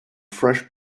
fresh